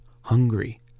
hungry